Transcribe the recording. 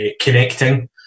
connecting